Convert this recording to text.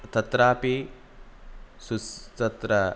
तत्रापि सुस् तत्र